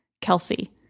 Kelsey